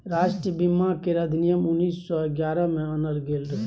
राष्ट्रीय बीमा केर अधिनियम उन्नीस सौ ग्यारह में आनल गेल रहे